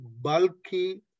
bulky